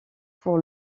pour